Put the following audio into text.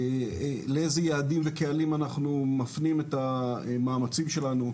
לאיזה יעדים וקהלים אנחנו מפנים את המאמצים שלנו,